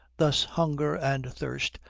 thus hunger and thirst,